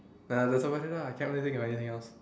that's about it lah can't even think of anything else